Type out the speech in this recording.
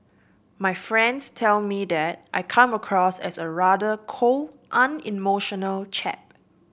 my friends tell me that I come across as a rather cold unemotional chap